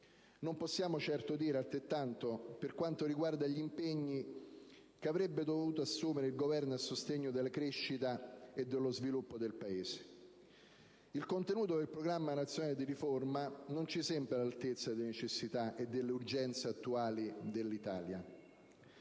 Non possiamo certo dire altrettanto per quanto riguarda gli impegni che avrebbe dovuto assumere a sostegno della crescita e dello sviluppo del Paese. Il contenuto del Programma nazionale di riforma non ci sembra all'altezza delle necessità e delle urgenze attuali dell'Italia.